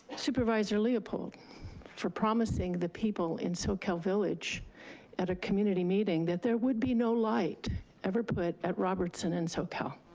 supervisor leopold for promising the people in soquel village at a community meeting that there would be no light ever put at robertson and soquel.